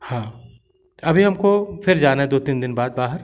हाँ अभी हमको फिर जाना है दो तीन दिन बाद बाहर